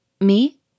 Me